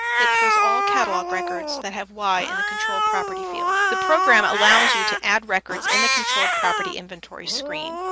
it pulls all catalog records that have y in the controlled property field. the program allows you to add records in the controlled property inventory screen.